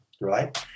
right